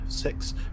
six